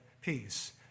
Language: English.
peace